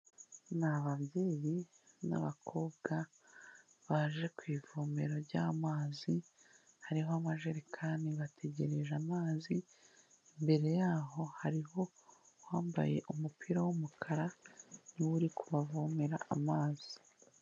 Ni ababyeyi n'abakobwa baje ku ivomero ry'amazi, hariho amajerekani bategereje amazi, imbere yaho hariho uwambaye umupira w'umukara niwe uri kubavomera amazi.